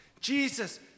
Jesus